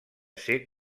ser